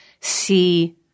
see